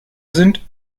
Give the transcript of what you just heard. sind